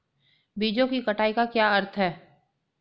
बीजों की कटाई का क्या अर्थ है?